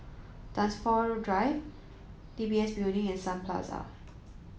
Dunsfold Drive D B S Building and Sun Plaza